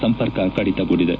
ಸಂಪರ್ಕ ಕಡಿತಗೊಂಡಿದೆ